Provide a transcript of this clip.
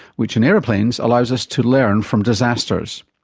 which in aeroplanes allows us to learn from disasters.